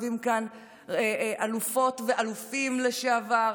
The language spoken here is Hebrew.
יושבים כאן אלופות ואלופים לשעבר,